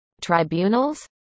Tribunals